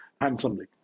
handsomely